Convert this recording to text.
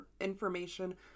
information